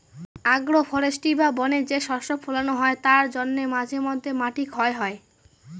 agro forestry বা বনে যে শস্য ফোলানো হয় তার জন্যে মাঝে মধ্যে মাটি ক্ষয় হয়